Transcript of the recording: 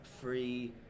free